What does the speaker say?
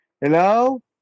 Hello